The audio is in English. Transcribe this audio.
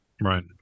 Right